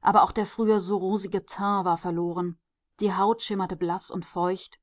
aber auch der früher so rosige teint war verloren die haut schimmerte blaß und feucht